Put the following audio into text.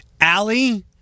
Allie